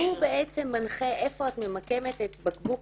שהוא בעצם מנחה איפה את ממקמת את בקבוק